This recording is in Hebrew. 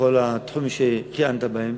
בכל התחומים שכיהנת בהם,